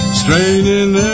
straining